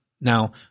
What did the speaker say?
Now